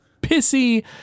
pissy